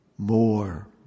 More